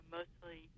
mostly